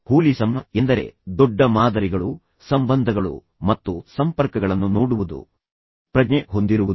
holism holism ಎಂದರೆ ದೊಡ್ಡ ಮಾದರಿಗಳು ಸಂಬಂಧಗಳು ಮತ್ತು ಸಂಪರ್ಕಗಳನ್ನು ನೋಡುವುದು ಪ್ರಜ್ಞೆಯನ್ನು ಹೊಂದಿರುವುದು